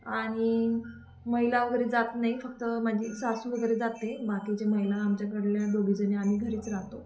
आणि महिला वगैरे जात नाही फक्त माझी सासू वगैरे जाते बाकीचे महिला आमच्याकडल्या दोघीजणी आम्ही घरीच राहतो